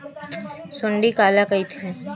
सुंडी काला कइथे?